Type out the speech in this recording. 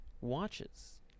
watches